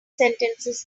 sentences